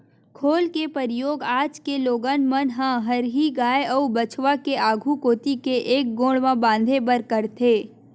खोल के परियोग आज के लोगन मन ह हरही गाय अउ बछवा के आघू कोती के एक गोड़ म बांधे बर करथे